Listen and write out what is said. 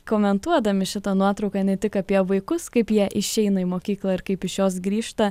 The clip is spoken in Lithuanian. komentuodami šitą nuotrauką ne tik apie vaikus kaip jie išeina į mokyklą ir kaip iš jos grįžta